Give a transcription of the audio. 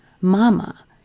mama